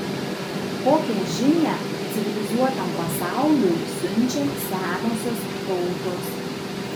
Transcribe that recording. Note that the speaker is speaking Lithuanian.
kokią žinią civilizuotam pasauliui siunčia senosios tautos